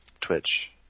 Twitch